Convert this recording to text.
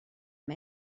amb